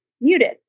muted